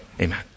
Amen